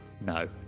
No